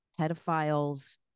pedophiles